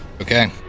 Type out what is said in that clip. Okay